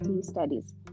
Studies